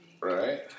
Right